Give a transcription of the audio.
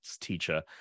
teacher